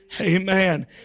Amen